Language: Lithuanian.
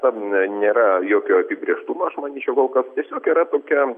tam nėra jokio apibrėžtumo aš manyčiau kad tiesiog yra tokia